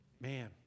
man